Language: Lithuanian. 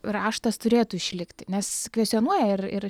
raštas turėtų išlikti nes kvestionuoja ir ir